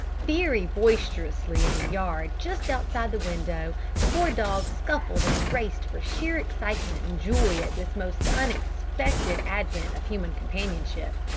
very boisterously in the yard just outside the window the four dogs scuffled and raced for sheer excitement and joy at this most unexpected advent of human companionship.